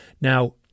now